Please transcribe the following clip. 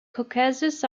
caucasus